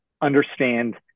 understand